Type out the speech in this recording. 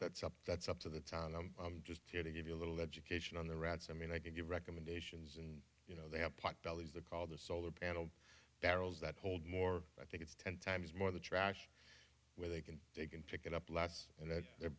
up that's up to the town and i'm just here to give you a little education on the rads i mean i can give recommendations and you know they have pot bellies they're called the solar panel barrels that hold more i think it's ten times more the trash where they can they can pick it up last and then they're